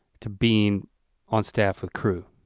to being on staff with crew.